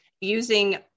using